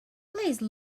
please